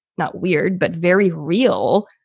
not weird, but very real,